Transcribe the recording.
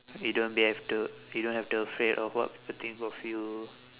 you don't be have to you don't have to afraid of what people think of you